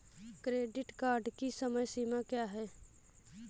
Credit card की समय सीमा क्या है?